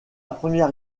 première